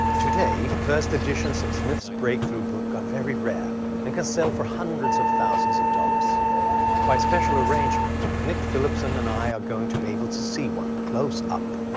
today, first editions of smith's breakthrough book are very rare and can sell for hundreds of thousands of dollars. so by special arrangement, nick phillipson and i are going to be able to see one, close up.